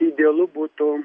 idealu būtų